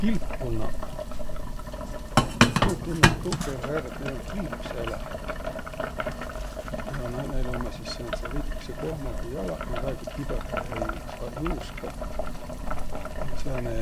Kilpkunnaq, nuuq tunnõt tuu perrä ärq, et näil um kilp säläh. Ja no näil ummaq sis sääntseq veidükese kohmaguq jalaq, nä väega kibõhõhe ei saaq juuskõq, ja sääne